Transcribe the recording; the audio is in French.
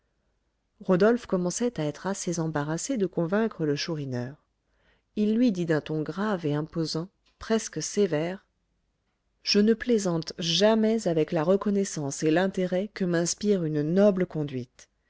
rodolphe commençait à être assez embarrassé de convaincre le chourineur il lui dit d'un ton grave et imposant presque sévère je ne plaisante jamais avec la reconnaissance et l'intérêt que m'inspire une noble conduite